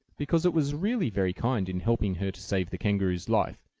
because it was really very kind in helping her to save the kangaroo's life,